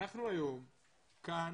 אנחנו היום כאן,